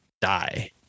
die